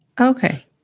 Okay